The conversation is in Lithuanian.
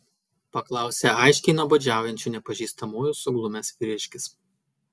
paklausė aiškiai nuobodžiaujančių nepažįstamųjų suglumęs vyriškis